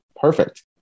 perfect